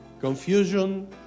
Confusion